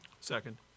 Second